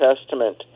Testament